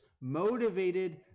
motivated